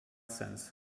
since